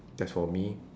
that's for me